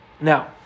Now